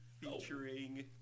featuring